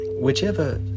Whichever